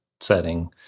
setting